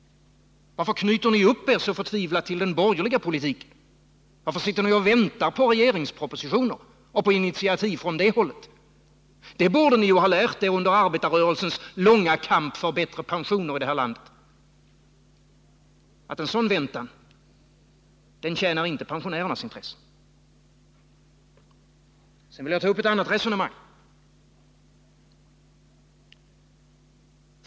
Varför knyter ni upp er så förtvivlat till den borgerliga politiken? Varför sitter ni och väntar på regeringspropositioner och på initiativ från det hållet? Det borde ni ha lärt er under arbetarrörelsens långa kamp för bättre pensioner i det här landet, att en sådan väntan tjänar inte pensionärernas intressen. Sedan vill jag ta upp ett annat resonemang.